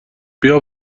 بیا